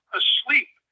asleep